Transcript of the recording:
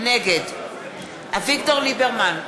נגד אביגדור ליברמן,